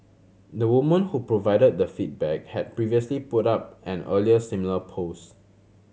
the woman who provided the feedback had previously put up an earlier similar post